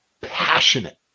Passionate